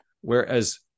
whereas